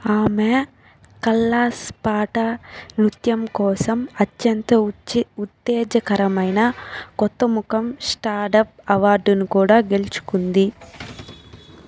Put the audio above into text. ఆమె ఖల్లాస్ పాట నృత్యం కోసం అత్యంత ఉత్తేజకరమైన కొత్త ముఖం స్టార్డప్ అవార్డును కూడా గెలుచుకుంది